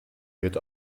wird